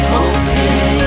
okay